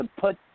put